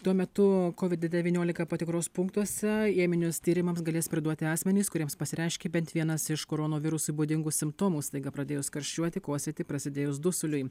tuo metu covid devyniolika patikros punktuose ėminius tyrimams galės priduoti asmenys kuriems pasireiškė bent vienas iš koronovirusui būdingų simptomų staiga pradėjus karščiuoti kosėti prasidėjus dusuliui